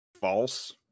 false